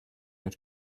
had